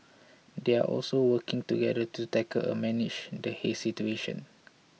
they are also working together to tackle and manage the haze situation